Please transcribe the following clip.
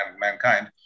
mankind